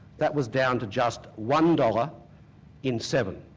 that was down to just one dollars in seven